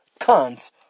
cunts